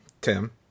Tim